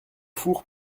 four